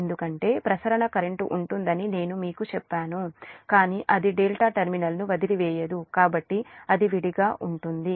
ఎందుకంటే ప్రసరణ కరెంటు ఉంటుందని నేను మీకు చెప్పాను కాని అది డెల్టా టెర్మినల్ను వదిలివేయదు కాబట్టి అది విడిగా ఉంటుంది